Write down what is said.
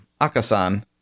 Akasan